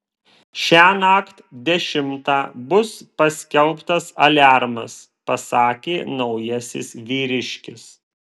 šiąnakt dešimtą bus paskelbtas aliarmas pasakė naujasis vyriškis